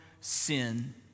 sin